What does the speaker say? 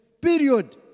Period